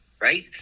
right